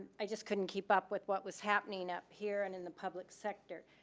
i just couldn't keep up with what was happening up here and in the public sector.